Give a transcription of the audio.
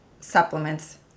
supplements